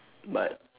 but